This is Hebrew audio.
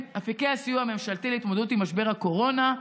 אפיקי הסיוע הממשלתי להתמודדות עם משבר הקורונה,